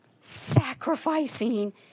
sacrificing